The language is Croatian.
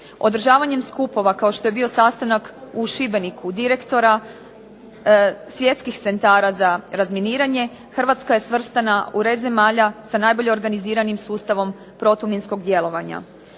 Održavanjem skupova kao što je bio sastanak u Šibeniku direktora svjetskih centara za razminiranja, Hrvatska je svrstana u red zemlja sa najbolje organiziranim sustavom protuminskog djelovanja.